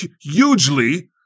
hugely